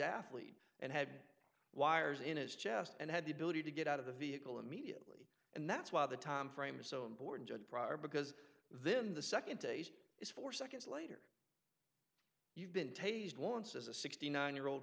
athlete and had wires in his chest and had the ability to get out of the vehicle immediately and that's why the time frame so i'm bored just prior because then the second is four seconds later you've been tasered once as a sixty nine year old